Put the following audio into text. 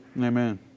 amen